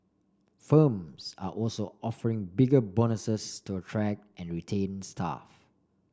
firms are also offering bigger bonuses to attract and retain staff